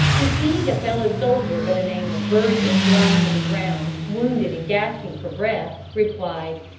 and seeing a fellow soldier by the name of burgess lying on the ground, wounded and gasping for breath, replied,